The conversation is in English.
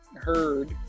heard